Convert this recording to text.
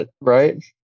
right